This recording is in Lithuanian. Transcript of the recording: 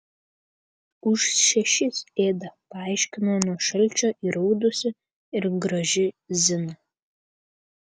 už šešis ėda paaiškino nuo šalčio įraudusi ir graži zina